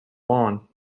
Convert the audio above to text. lawn